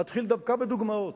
אתחיל דווקא בדוגמאות.